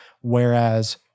Whereas